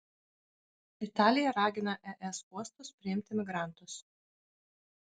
italija ragina es uostus priimti migrantus